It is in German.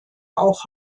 auch